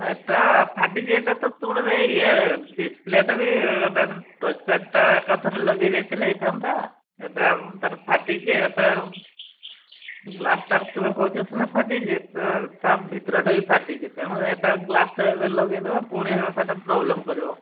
ଏଇଟା ଫାଟିଛି ଏଇଟା ତ ତୁମର ତ ଇଏ ଡ଼ିସପ୍ଲେଟା ବି ଟଚ୍ ପ୍ୟାଡ୍ଟା ଏକାଥରେ ଲଗାଇ ଦେଇଥିଲେ ହୋଇଥାନ୍ତା ସେଇଟା ତାର ଫାଟିଛି ଏବେ ଗ୍ଲାସ୍ଟା ତୁମେ କହୁଛ ସିନା ଫାଟିଛି ତେଣୁ ତା ଭିତରଟା ବି ଫାଟିଛି ତେଣୁ ଏଟା ଗ୍ଳାସ୍ଟା ଏବେ ଲଗାଇଦେବା ପୁଣି ସେଇଟା ପ୍ରୋବ୍ଲେମ୍ କରିବ